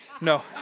No